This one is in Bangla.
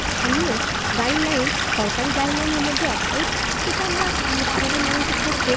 স্থানীয় গাইডলাইন সরকারি গাইডলাইনের মধ্যে একটাই যেটা আমরা সাধারণ মানুষের পক্ষে